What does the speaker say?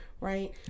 right